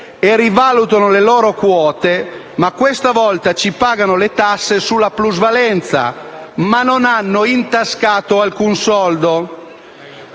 e rivalutano le loro quote, ma questa volta pagano le tasse sulla plusvalenza, senza aver intascato alcun soldo.